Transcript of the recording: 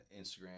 Instagram